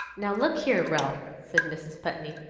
now look here, ralph, said mrs. putney,